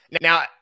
Now